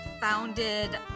founded